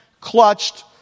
clutched